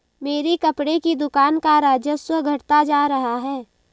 मेरी कपड़े की दुकान का राजस्व घटता जा रहा है